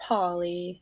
Polly